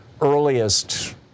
earliest